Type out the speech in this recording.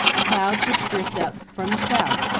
the clouds which drifted up from the south,